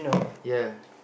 ya